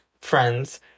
friends